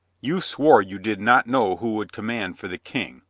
you swore you did not know who would command for the king.